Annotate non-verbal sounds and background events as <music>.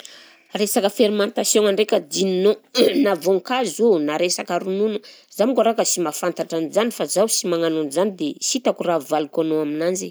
Resaka fermentation ndraika dinonao <noise> na voankazo io na resaka ronono, zaho manko araha ka sy mahafantatra an'izany fa zaho sy magnano an'izany dia sy hitako raha avaliko anao aminazy